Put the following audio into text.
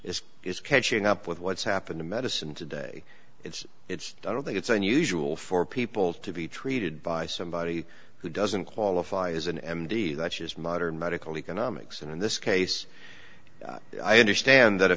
this is catching up with what's happened in medicine today it's it's i don't think it's unusual for people to be treated by somebody who doesn't qualify as an m d such as modern medical economics and in this case i understand that a